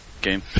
game